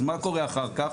אז מה קורה אחר כך?